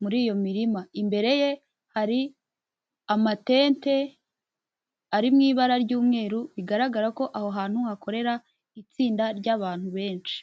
muri iyo mirima. Imbere ye hari amatente ari mu ibara ry'umweru, bigaragara ko aho hantu hakorera itsinda ry'abantu benshi.